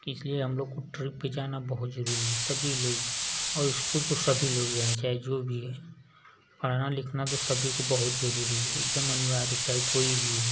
इसलिए हम लोग को ट्रिप पर जाना बहुत जरूरी है सभी लोग और स्कूल तो सभी लोग जाएँ चाहे जो भी है पढ़ना लिखना तो सभी को बहुत जरूरी है एकदम अनिवार्य चाहे कोई भी हो